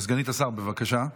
סגנית השר, בבקשה.